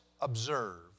observe